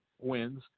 wins